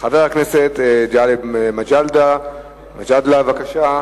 חבר הכנסת גאלב מג'אדלה, בבקשה.